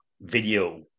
video